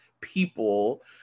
people